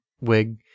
Wig